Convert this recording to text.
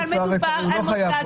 שאלת קודם אם היה אפשר דרך 4א,